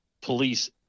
police